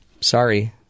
sorry